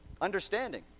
understanding